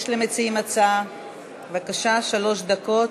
יש למציעים הצעה, בבקשה, שלוש דקות,